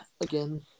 again